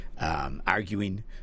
Arguing